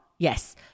Yes